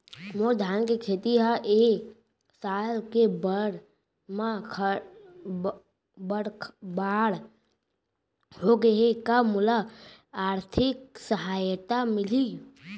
मोर धान के खेती ह ए साल के बाढ़ म बरबाद हो गे हे का मोला आर्थिक सहायता मिलही?